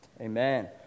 Amen